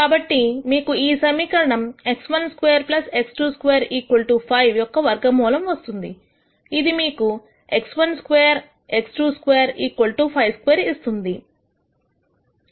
కాబట్టి మీకు ఈ సమీకరణం x12 x22 5 యొక్క వర్గమూలం వస్తుంది ఇది మీకు x12 x22 52 ఇస్తుంది ది